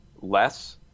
less